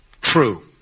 true